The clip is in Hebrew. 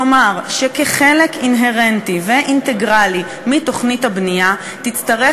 כלומר שכחלק אינהרנטי ואינטגרלי של תוכנית הבנייה תצטרך